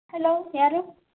hello ಯಾರು